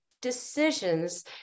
Decisions